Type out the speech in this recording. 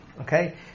Okay